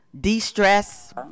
De-stress